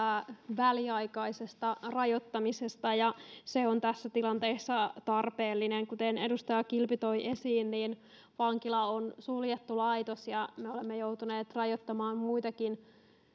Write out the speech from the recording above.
väliaikaisesta rajoittamisesta ja se on tässä tilanteessa tarpeellinen kuten edustaja kilpi toi esiin niin vankila on suljettu laitos ja me olemme joutuneet rajoittamaan muitakin